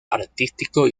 artístico